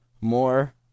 more